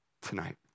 tonight